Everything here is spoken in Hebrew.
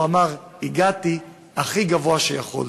והוא אמר: הגעתי הכי גבוה שיכולתי.